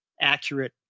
accurate